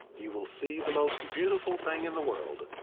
you will see the most beautiful thing in the world.